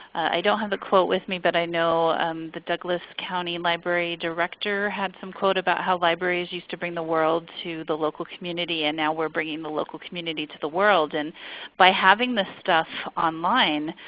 i don't have the quote with me but i know the douglas county library director had some quote about how libraries used to bring the world to the local community and now we're bringing the local community to the world. and by having this stuff online,